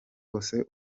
bose